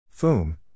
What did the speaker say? Foom